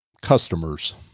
customers